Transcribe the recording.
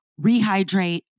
rehydrate